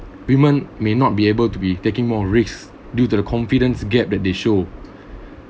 women may not be able to be taking more risks due to the confidence gap that they show